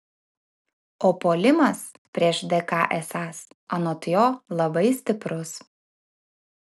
o puolimas prieš dk esąs anot jo labai stiprus